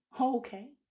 Okay